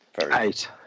Eight